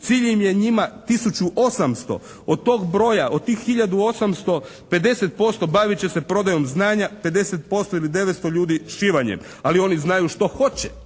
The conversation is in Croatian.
Cilj je njima tisuću 800. Od tog broja, od tih hiljada 800 50% bavit će se prodajom znanja, 50% ili 900 ljudi šivanjem. Ali oni znaju što hoće.